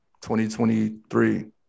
2023